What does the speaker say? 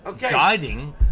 guiding